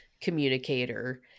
communicator